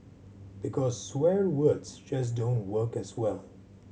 because swear words just don't work as well